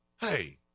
hey